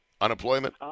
Unemployment